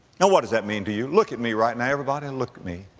now what does that mean to you? look at me right now, everybody and look at me.